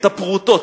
את הפרוטות,